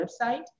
website